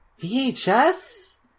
VHS